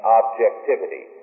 objectivity